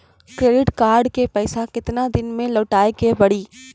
Credit card के पैसा केतना दिन मे लौटाए के पड़ी?